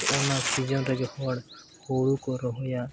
ᱚᱱᱟ ᱨᱮᱜᱮ ᱦᱚᱲ ᱦᱩᱲᱩ ᱠᱚ ᱨᱚᱦᱚᱭᱟ